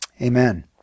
amen